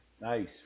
Nice